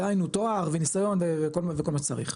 דהיינו תואר וניסיון וכל מה שצריך.